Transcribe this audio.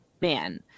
man